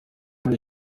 muri